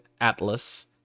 Atlas